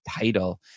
title